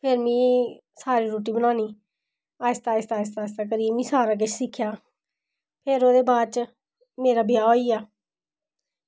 फिर में सारी रुट्टी बनानी आस्तै आस्तै करियै में सारा किश सिक्खेआ फिर ओह्दे बाद च मेरा ब्याह् होई गेआ